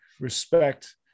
respect